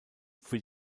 für